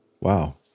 Wow